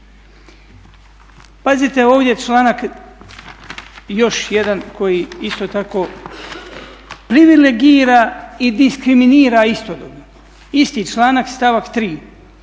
Pazite ovdje članak još jedan koji isto, privilegira i diskriminira istodobno, isti članak stavak